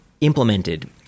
implemented